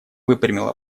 выпрямила